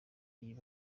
iyo